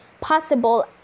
possible